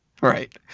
Right